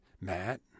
Matt